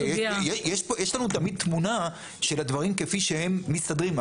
יש לנו תמיד תמונה של הדברים כפי שהם מסתדרים.